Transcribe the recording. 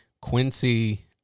Quincy